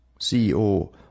CEO